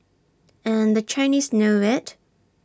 and the Chinese know IT